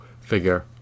figure